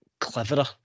cleverer